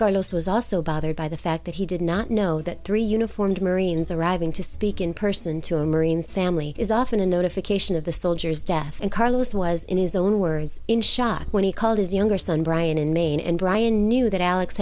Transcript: was also bothered by the fact that he did not know that three uniformed marines arriving to speak in person into a marine's family is often a notification of the soldier's death and carlos was in his own words in shock when he called his younger son brian in maine and brian knew that alex